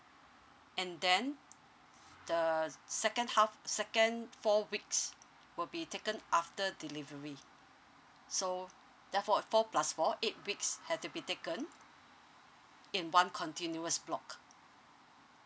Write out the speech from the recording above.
and then the second half second four weeks will be taken after delivery so therefore four plus four eight weeks had to be taken in one continuous block